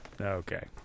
Okay